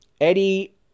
Eddie